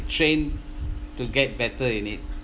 train to get better in it